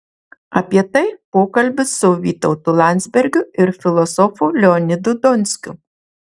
apie tai pokalbis su vytautu landsbergiu ir filosofu leonidu donskiu